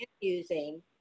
using